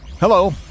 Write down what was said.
Hello